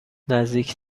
نزدیک